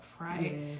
right